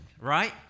right